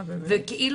וכאילו,